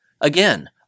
again